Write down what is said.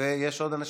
שניים